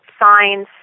signs